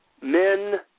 Men